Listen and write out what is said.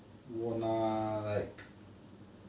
我拿 like